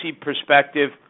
perspective